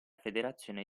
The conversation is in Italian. federazione